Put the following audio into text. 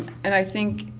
and i think,